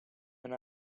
non